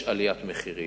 יש עליית מחירים,